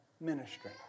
ministry